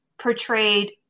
portrayed-